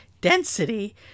density